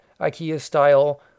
Ikea-style